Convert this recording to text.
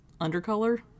undercolor